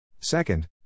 Second